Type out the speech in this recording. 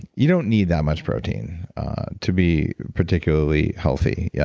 you don't need that much protein to be particularly healthy, yeah